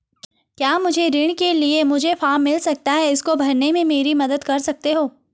क्या मुझे ऋण के लिए मुझे फार्म मिल सकता है इसको भरने में मेरी मदद कर सकते हो?